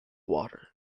water